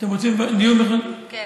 אנחנו רוצים לוועדת החוץ והביטחון.